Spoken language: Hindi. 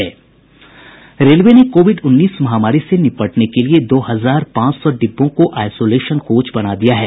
रेलवे ने कोविड उन्नीस महामारी से निपटने के लिए दो हजार पांच सौ डिब्बों को आइसोलेशन कोच बना दिया है